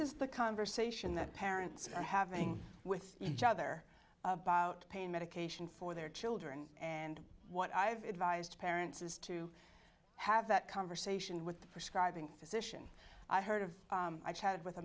is the conversation that parents are having with each other about pain medication for their children and what i've advised parents is to have that conversation with for scribing physician i heard of i chatted with a